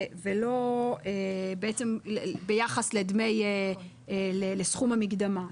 ולא ביחס לסכום המקדמה.